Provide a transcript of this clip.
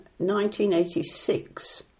1986